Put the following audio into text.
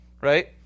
right